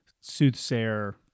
soothsayer